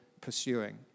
pursuing